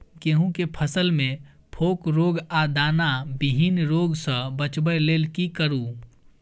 गेहूं के फसल मे फोक रोग आ दाना विहीन रोग सॅ बचबय लेल की करू?